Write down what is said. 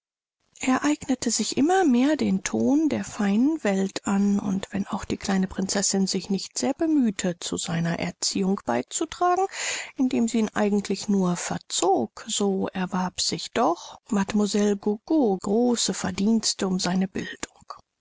eignete sich immer mehr den ton der feinen welt an und wenn auch die kleine prinzessin sich nicht sehr bemühte zu seiner erziehung beizutragen indem sie ihn eigentlich nur verzog so erwarb sich doch mlle gogo große verdienste um seine bildung